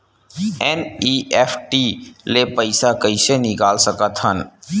NEFT ले पईसा कइसे निकाल सकत हन?